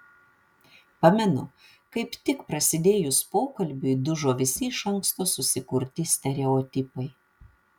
pamenu kaip tik prasidėjus pokalbiui dužo visi iš anksto susikurti stereotipai